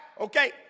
Okay